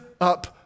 up